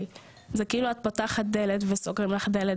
זה כאילו את פותחת דלת וסוגרים לך דלת